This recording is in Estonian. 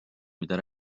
mida